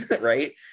right